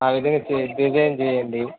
ఆ విధంగా డిజైన్ చేయండి